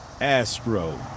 Astro